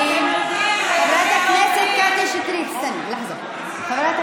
חברת הכנסת קטי שטרית, לאט-לאט.